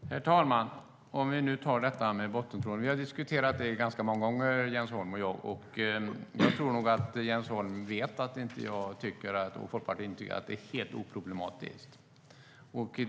Herr talman! Vi har diskuterat bottentrålning ganska många gånger, Jens Holm och jag. Jag tror nog att Jens Holm vet att jag och Folkpartiet inte tycker att det är helt oproblematiskt.